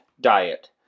diet